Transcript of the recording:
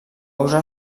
usar